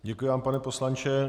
Děkuji vám, pane poslanče.